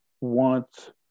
want